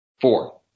Four